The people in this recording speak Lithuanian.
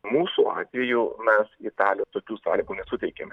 mūsų atveju mes italijai tokių sąlygų nesuteikėme